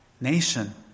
nation